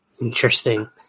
Interesting